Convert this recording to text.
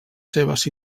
seues